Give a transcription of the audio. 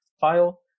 file